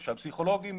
פסיכולוג,